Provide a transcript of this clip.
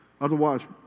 Otherwise